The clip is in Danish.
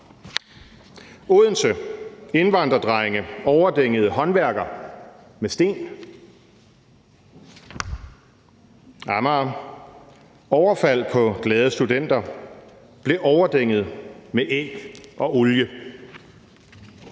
Odense: Indvandrerdrenge overdængede håndværker med sten. Amager: »Overfald på glade studenter: Blev overdænget af æg og olie«.